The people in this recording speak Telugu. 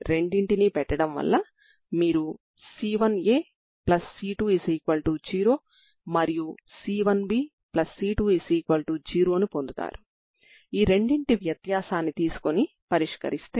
ఇది స్వీయ అనుబంధ రూపంలో ఉంది కాబట్టి px1 qx0 మరియు wx1 అవుతాయి ఇది మీకు అవసరం అవుతాయి